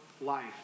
life